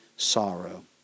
Sorrow